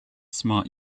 smart